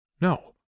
No